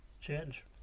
change